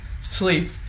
sleep